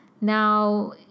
Now